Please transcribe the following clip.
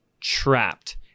trapped